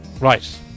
right